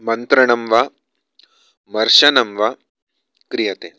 मन्त्रणं वा मर्शनं वा क्रियते